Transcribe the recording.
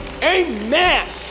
Amen